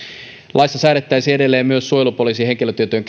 laissa säädettäisiin edelleen myös suojelupoliisin henkilötietojen